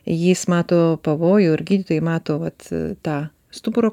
jis mato pavojų ir gydytojai mato vat tą stuburo